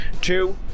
Two